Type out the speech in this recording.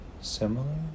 similar